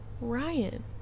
Ryan